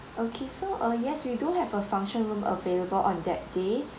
okay so uh yes we do have a function room available on that day